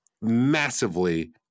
massively